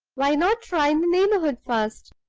why not try in the neighborhood first?